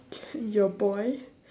your boy